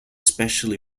specially